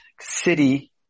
City